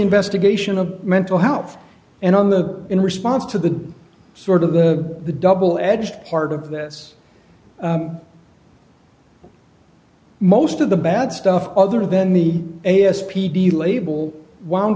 investigation of mental health and on the in response to the sort of the the double edged part of this most of the bad stuff other than the a s p d label wound